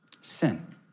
sin